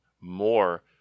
more